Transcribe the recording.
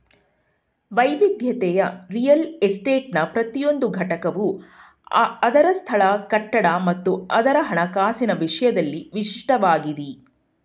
ವೈವಿಧ್ಯತೆಯ ರಿಯಲ್ ಎಸ್ಟೇಟ್ನ ಪ್ರತಿಯೊಂದು ಘಟಕವು ಅದ್ರ ಸ್ಥಳ ಕಟ್ಟಡ ಮತ್ತು ಅದ್ರ ಹಣಕಾಸಿನ ವಿಷಯದಲ್ಲಿ ವಿಶಿಷ್ಟವಾಗಿದಿ